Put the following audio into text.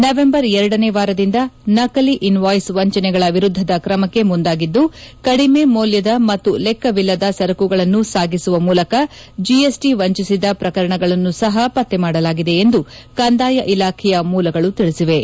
November ಎರಡನೇ ವಾರದಿಂದ ನಕಲಿ ಇನ್ವಾಯ್ಪ್ ವಂಚನೆಗಳ ವಿರುದ್ದದ ಕ್ರಮಕ್ಕೆ ಮುಂದಾಗಿದ್ದು ಕಡಿಮೆ ಮೌಲ್ಯದ ಮತ್ತು ಲೆಕ್ಕವಿಲ್ಲದ ಸರಕುಗಳನ್ನು ಸಾಗಿಸುವ ಮೂಲಕ ಜಿಎಸ್ಟಿ ವಂಚಿಸಿದ ಪ್ರಕರಣಗಳನ್ನು ಸಹ ಪತ್ತೆ ಮಾಡಲಾಗಿದೆ ಎಂದು ಕಂದಾಯ ಇಲಾಖೆಯ ಮೂಲಗಳು ತಿಳಿಸಿವೆ